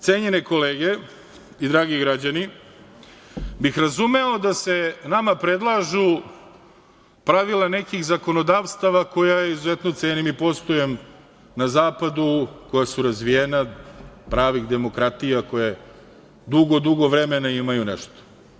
Cenjene kolege i dragi građani, razumeo bih da se nama predlažu pravila nekih zakonodavstava koja izuzetno cenim i poštujem na zapadu, koja su razvijena, pravih demokratija, koja dugo, dugo vremena imaju nešto.